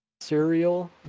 cereal